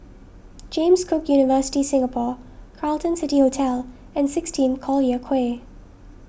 James Cook University Singapore Carlton City Hotel and sixteen Collyer Quay